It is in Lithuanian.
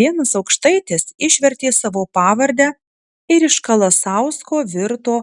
vienas aukštaitis išvertė savo pavardę ir iš kalasausko virto